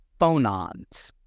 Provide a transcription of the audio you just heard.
phonons